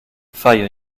fai